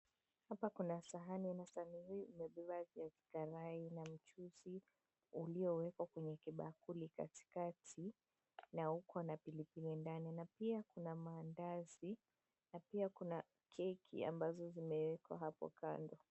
Hapa kuna sahani na sahani hii imebeba viazi karai na mchuzi uliyoekwa kweye kibakuli katikati na uko na pilipili ndani na pia kuna maandazi na pia kuna keki ambazo zimeekwa hapo kando.